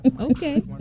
Okay